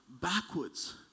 backwards